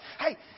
Hey